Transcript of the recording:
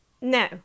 No